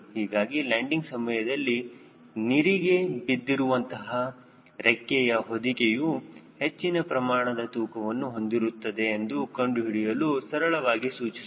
ಹೀಗಾಗಿ ಲ್ಯಾಂಡಿಂಗ್ ಸಮಯದಲ್ಲಿ ನಿರಿಗೆ ಬಿದ್ದಿರುವಂತಹ ರೆಕ್ಕೆಯ ಹೊದಿಕೆಯು ಹೆಚ್ಚಿನ ಪ್ರಮಾಣದ ತೂಕವನ್ನು ಹೊಂದಿರುತ್ತದೆ ಎಂದು ಕಂಡುಹಿಡಿಯಲು ಸರಳವಾಗಿ ಸೂಚಿಸುತ್ತದೆ